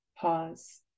pause